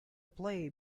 play